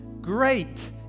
Great